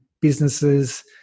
businesses